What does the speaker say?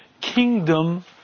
kingdom